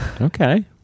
Okay